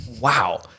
wow